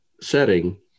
setting